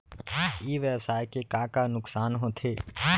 ई व्यवसाय के का का नुक़सान होथे?